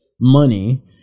money